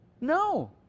No